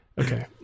Okay